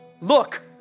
look